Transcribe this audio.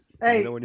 Hey